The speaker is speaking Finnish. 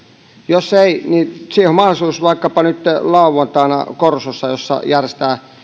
jos ei niin siihen on mahdollisuus vaikkapa nyt lauantaina korsossa missä järjestetään